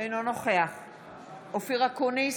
אופיר אקוניס,